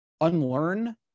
unlearn